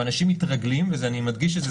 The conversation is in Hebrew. ואנשים מתרגלים אני מדגיש את זה,